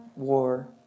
war